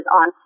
on